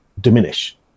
diminish